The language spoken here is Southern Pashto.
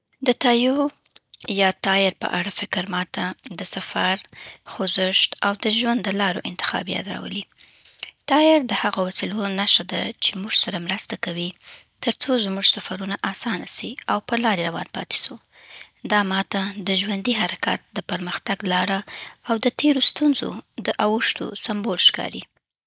د ټایو یا ټایر په اړه فکر ما ته د سفر، خوځښت او د ژوند د لارو انتخاب یاد راولي. ټایر د هغو وسیلو نښه ده چې موږ سره مرسته کوي، ترڅو زموږ سفرونه اسانه سي او پر لارې روان پاتې سو. دا ما ته د ژوندي حرکت، د پرمختګ لاره او د تېرو ستونزو د اوښتو سمبول ښکاري.